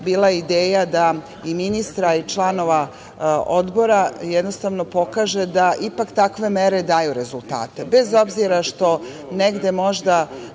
bila ideja i ministra i članova Odbora, da pokažu da ipak takve mere daju rezultate, bez obzira što negde možda